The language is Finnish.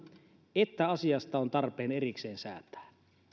että asiasta on tarpeen erikseen säätää